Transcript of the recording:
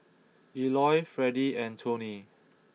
Eloy Fredy and Toney